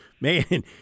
man